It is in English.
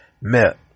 met